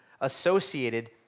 associated